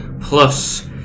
Plus